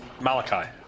Malachi